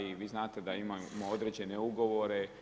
I vi znate da imamo određene ugovore.